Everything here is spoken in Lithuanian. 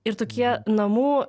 ir tokie namų